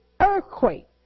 earthquake